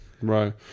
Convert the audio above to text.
Right